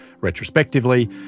retrospectively